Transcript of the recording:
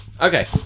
Okay